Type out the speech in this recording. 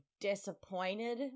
disappointed